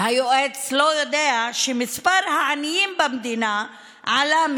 היועץ לא יודע שמספר העניים במדינה עלה.